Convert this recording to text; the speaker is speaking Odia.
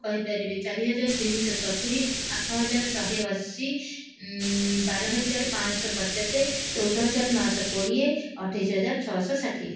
କହିପାରିବି ଚାରି ହଜାର ତିନି ଶହ ସତୁରୀ ଆଠ ହଜାର ଶହେ ଅଶୀ ବାର ହଜାର ପାଞ୍ଚ ପଚାଶ ଚଉଦ ହଜାର ନଅ ଶହ କୋଡ଼ିଏ ଅଠେଇଶ ହଜାର ଛଅଶହ ଷାଠିଏ